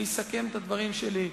אסכם את הדברים שלי.